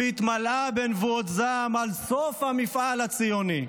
והתמלאה בנבואות זעם על סוף המפעל הציוני.